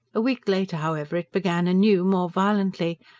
a week later, however, it began anew, more violently,